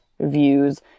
views